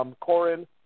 Corin